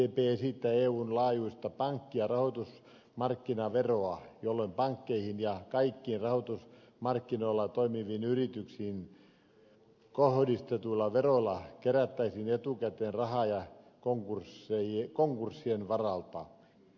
sdp esittää eun laajuista pankki ja rahoitusmarkkinaveroa jolloin pankkeihin ja kaikkiin rahoitusmarkkinoilla toimiviin yrityksiin kohdistetulla verolla kerättäisiin etukäteen rahaa konkurssien varalta